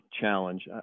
challenge